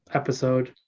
episode